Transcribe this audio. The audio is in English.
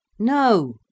No